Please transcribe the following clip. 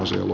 sivu